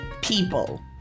people